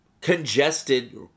congested